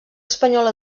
espanyola